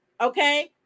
Okay